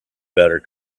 better